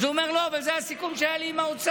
אז הוא אומר: לא, אבל זה הסיכום שהיה לי עם האוצר.